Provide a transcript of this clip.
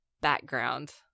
background